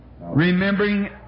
Remembering